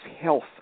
health